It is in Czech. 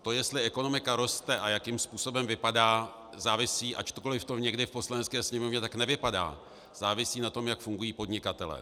To, jestli ekonomika roste a jakým způsobem vypadá, závisí, ačkoli to někdy v Poslanecké sněmovně tak nevypadá, závisí na tom, jak fungují podnikatelé.